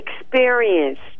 experienced